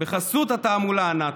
בחסות התעמולה הנאצית.